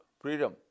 freedom